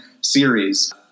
series